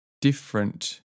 different